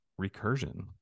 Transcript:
recursion